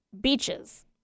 beaches